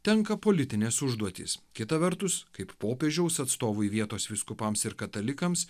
tenka politinės užduotys kita vertus kaip popiežiaus atstovui vietos vyskupams ir katalikams